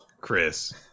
Chris